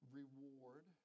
reward